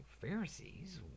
Pharisees